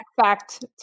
fact